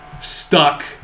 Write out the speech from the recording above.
stuck